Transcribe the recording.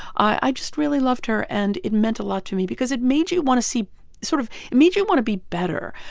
i just really loved her. and it meant a lot to me because it made you want to see sort of, it made you want to be better,